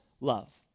love